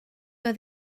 oedd